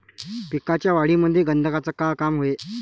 पिकाच्या वाढीमंदी गंधकाचं का काम हाये?